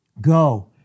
Go